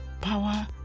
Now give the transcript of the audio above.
Power